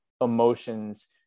emotions